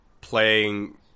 playing